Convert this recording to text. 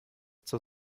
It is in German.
zur